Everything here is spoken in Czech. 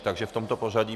Takže v tomto pořadí.